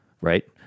Right